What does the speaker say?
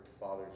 father's